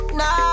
no